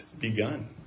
begun